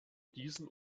diesen